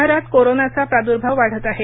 शहरात कोरोनाचा प्रादुर्भाव वाढत आहे